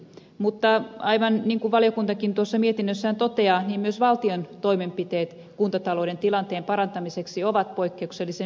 mutta aivan niin kuin valiokuntakin mietinnössään toteaa myös valtion toimenpiteet kuntatalouden tilanteen parantamiseksi ovat poikkeuksellisen mittavia